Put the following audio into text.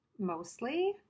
Mostly